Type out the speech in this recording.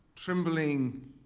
Trembling